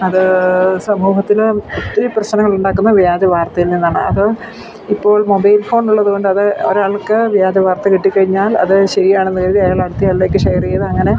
അത് സമൂഹത്തിൽ ഒത്തിരി പ്രശ്നങ്ങൾ ഉണ്ടാക്കുന്ന വ്യാജ വാർത്തയിൽ നിന്നാണ് അത് ഇപ്പോൾ മൊബൈൽ ഫോൺ ഉള്ളതുകൊണ്ട് അത് ഒരു ആൾക്ക് വ്യാജ വാർത്ത കിട്ടി കഴിഞ്ഞാൽ അത് ശരിയാണെന്ന് കരുതി അയാൾ അടുത്ത ആളിലേക്ക് ഷെയർ ചെയ്തു അങ്ങനെ